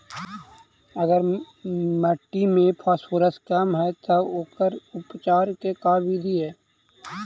अगर मट्टी में फास्फोरस कम है त ओकर उपचार के का बिधि है?